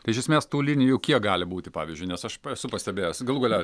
iš esmės tų linijų kiek gali būti pavyzdžiui nes aš esu pastebėjęs galų gale